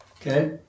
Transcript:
Okay